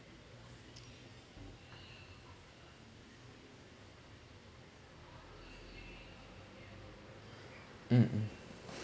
mm